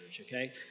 Okay